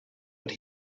but